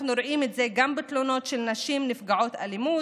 אנחנו רואים את זה גם בתלונות של נשים נפגעות אלימות,